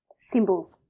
symbols